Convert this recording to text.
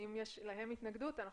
אם יש להם התנגדות,